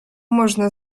można